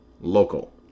local